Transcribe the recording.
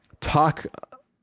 talk